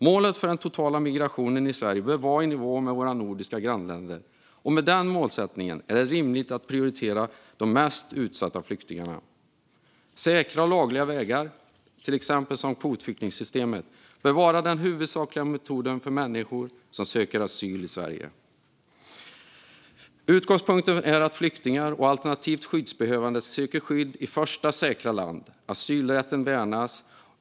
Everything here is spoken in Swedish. Målet för den totala migrationen i Sverige bör vara i nivå med våra nordiska grannländer, och med denna målsättning är det rimligt att prioritera de mest utsatta flyktingarna. Säkra och lagliga vägar, som kvotflyktingsystemet, bör vara den huvudsakliga metoden för människor att söka asyl i Sverige. Utgångspunkten är att flyktingar, alternativt skyddsbehövande, söker asyl i första säkra land. Så värnas asylrätten.